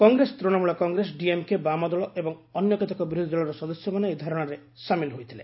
କଂଗ୍ରେସ ତୃଶମୂଳ କଂଗ୍ରେସ ଡିଏମ୍କେ ବାମ ଦଳ ଏବଂ ଅନ୍ୟ କେତେକ ବିରୋଧି ଦଳ ସଦସ୍ୟମାନେ ଏହି ଧାରଣାରେ ସାମିଲ୍ ହୋଇଥିଲେ